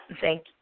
Thank